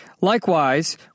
Likewise